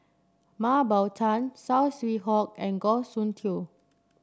Mah Bow Tan Saw Swee Hock and Goh Soon Tioe